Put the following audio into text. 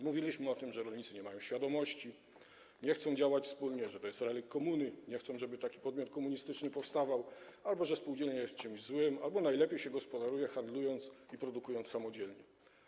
Mówiliśmy o tym, że rolnicy nie mają świadomości, nie chcą działać wspólnie, uważając, że to jest relikt komuny, nie chcą, żeby taki podmiot komunistyczny powstawał, albo że spółdzielnia jest czymś złym, albo że najlepiej się gospodaruje, handlując i produkując samodzielnie.